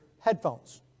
headphones